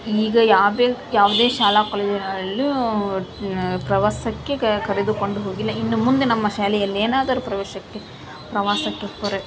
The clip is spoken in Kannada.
ಈಗ ಯಾವುದೇ ಯಾವುದೇ ಶಾಲಾ ಕಾಲೇಜಿನಲ್ಲೂ ಪ್ರವಾಸಕ್ಕೆ ಕರೆ ಕರೆದುಕೊಂಡು ಹೋಗಿಲ್ಲ ಇನ್ನು ಮುಂದೆ ನಮ್ಮ ಶಾಲೆಯಲ್ಲಿ ಏನಾದರೂ ಪ್ರವೇಶಕ್ಕೆ ಪ್ರವಾಸಕ್ಕೆ ಹೊರ